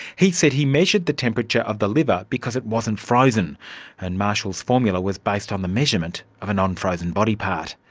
he said he measured the temperature of the liver because it wasn't frozen and marshall's formula was based on the measurement of a non-frozen body part.